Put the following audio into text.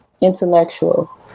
intellectual